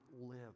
live